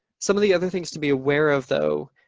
some of the other things to be aware of, though.